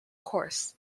coarse